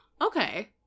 Okay